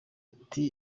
ati